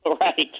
Right